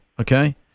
okay